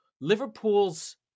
Liverpool's